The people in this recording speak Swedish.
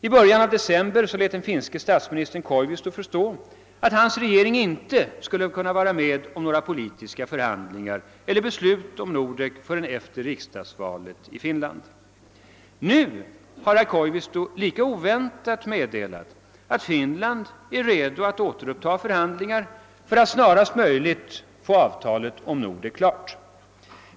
I början av december lät den finske statsministern Koivisto förstå att hans regering inte skulle kunna vara med om några politiska förhandlingar eller beslut om Nordek förrän efter riksdagsvalet i Finland. Nu har herr Koivisto lika oväntat meddelat att Finland är redo att återuppta förhandlingar för att snarast möjligt få avtalet om Nordek klart.